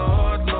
Lord